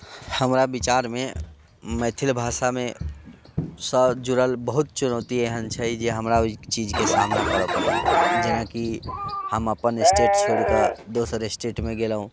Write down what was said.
हमरा विचारमे मैथिल भाषामे सँ जुड़ल बहुत चुनौती एहन छै जे हमरा ओहि चीजके सामना करय पड़ैए जेनाकि हम अपन स्टेट छोड़ि कऽ दोसर स्टेटमे गेलहुँ